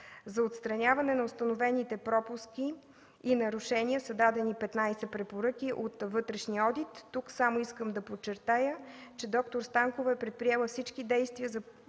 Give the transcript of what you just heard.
За отстраняване на установените пропуски и нарушения са дадени 15 препоръки от вътрешния одит. Тук само искам да подчертая, че д-р Станкова е предприела всички действия за